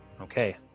Okay